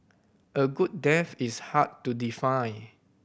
a good death is hard to define